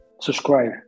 Subscribe